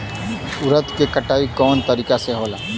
उरद के कटाई कवना तरीका से होला?